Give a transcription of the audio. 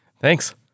Thanks